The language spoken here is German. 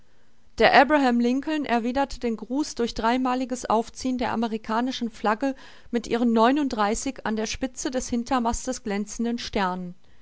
der abraham lincoln erwiderte den gruß durch dreimaliges aufziehen der amerikanischen flagge mit ihren neununddreißig an der spitze des hintermastes glänzenden sternen